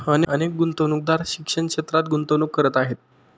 अनेक गुंतवणूकदार शिक्षण क्षेत्रात गुंतवणूक करत आहेत